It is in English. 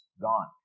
gone